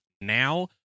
now